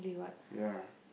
ya